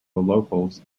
locals